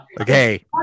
Okay